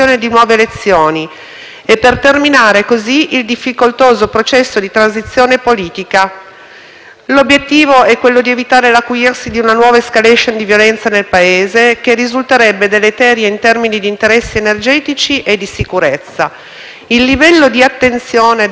L'obiettivo è quello di evitare l'acuirsi di una nuova *escalation* di violenza nel Paese che risulterebbe deleteria in termini di interessi energetici e di sicurezza. Il livello di attenzione deve rimanere alto e deve essere allargato anche al monitoraggio della crisi politica in atto in Algeria.